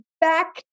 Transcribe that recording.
back